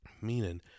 Meaning